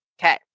Okay